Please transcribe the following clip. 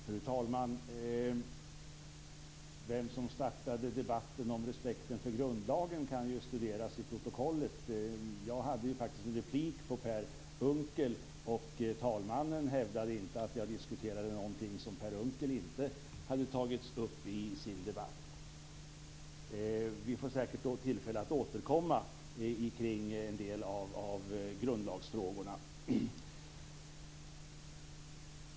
Fru talman! Vem som startade debatten om respekten för grundlagen kan studeras i protokollet. Jag hade faktiskt en replik på Per Unckel, och talmannen hävdade inte att jag diskuterade någonting som Per Unckel inte hade tagit upp i sin debatt. Vi får säkert tillfälle att återkomma kring en del av grundlagsfrågorna.